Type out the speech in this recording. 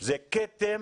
זה כתם